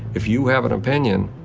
if you have an opinion,